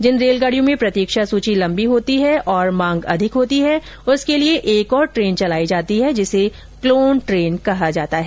जिन रेलगाड़ियों में प्रतीक्षा सूची लंबी होती है और मांग अधिक होती है उसके लिए एक और ट्रेन चलाई जाती है जिसे क्लोन ट्रेन कहा जाता है